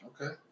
Okay